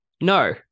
no